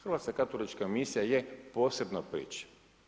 Hrvatska katolička misija je posebna priča.